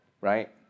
right